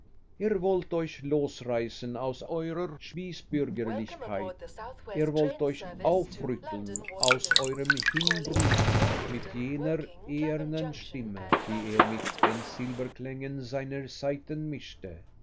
er wollte euch losreißen aus eurer spießbürgerlichkeit er wollte euch aufrütteln aus eurem hinbrüten mit jener ehernen stimme die er mit den silberklängen seiner saiten mischte